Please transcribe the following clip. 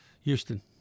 Houston